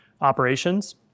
operations